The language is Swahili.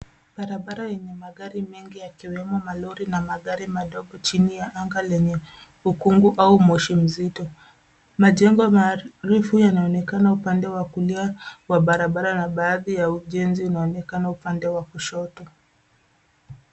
Barabara yenye magari mengi, yakiwemo malori na magari madogo, chini ya anga lenye ukungu au moshi mzito. Majengo marefu yanaonekana upande wa kulia wa barabara na baadhi ya ujenzi unaonekana upande wa kushoto.